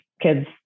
kids